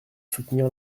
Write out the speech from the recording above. soutenir